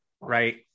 right